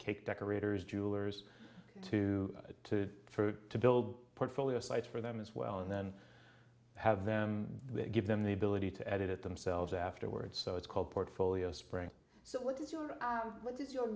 cake decorators jewelers to to to build a portfolio site for them as well and then have them give them the ability to edit it themselves afterwards so it's called portfolio spring so what is your what is your